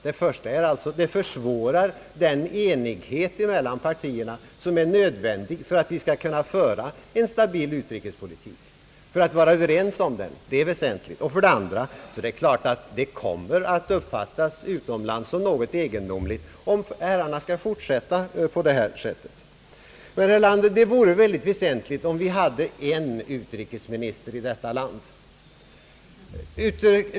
Först och främst gör striden att det blir svårare att nå den enighet mellan partierna som är nödvändig för att vi skall kunna föra en utrikespolitik på stabilt underlag. Och för det andra kommer man utomlands att uppfatta det som någonting egendomligt med utrikespolitiken om herrarna skall fortsätta på det här sättet. Det vore ytterst värdefullt, herr Erlander, om vi hade en utrikesminister i detta land.